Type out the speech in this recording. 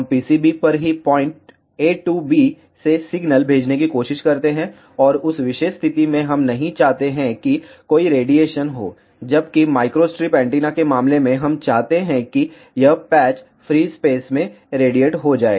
हम PCB पर ही पॉइंट a टू b से सिग्नल भेजने की कोशिश करते हैं उस विशेष स्थिति में हम नहीं चाहते हैं कि कोई रेडिएशन हो जबकि माइक्रोस्ट्रिप एंटीना के मामले में हम चाहते हैं कि यह पैच फ्री स्पेस में रेडिएट हो जाए